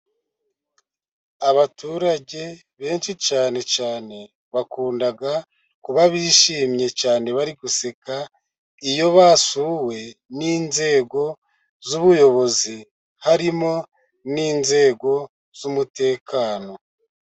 Abaturage benshi cyane cyane, bakunda kuba bishimye cyane bari guseka, iyo basuwe n'inzego z'ubuyobozi, harimo n'inzego z'umutekano.